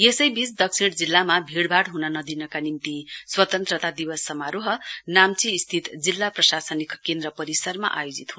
यसैबीच दक्षिण जिल्लामा भीडभाइ हुन नदिनका निम्ति स्वतन्त्रता दिवस समारोह नाम्ची स्थित जिल्ला प्रशासनिक केन्द्र परिसरमा आयोजित हुनेछ